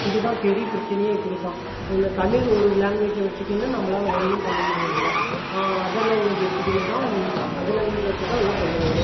இது தான் பெரிய பிரச்சினையே இப்படி தான் இந்த தமிழ் ஒரு லேங்குவேஜை வெச்சுக்கின்னு நம்மளால ஒன்றும் பண்ண முடியறதில அதர் லேங்குவேஜு வச்சுக்கின்னு தான் அதர் லேங்குவேஜு வெச்சு தான் எல்லாம் பண்ணுறாங்களே